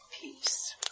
peace